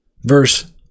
Verse